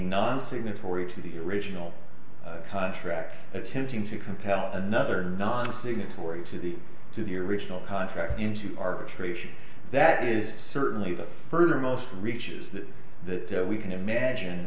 non signatory to the original contract attempting to compel another non signatory to the to the original contract into arbitration that is certainly the furthermost reaches the we can imagine